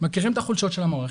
מכירים את החולשות של המערכת.